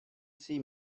see